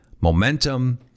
momentum